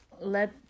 let